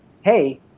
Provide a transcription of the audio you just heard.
hey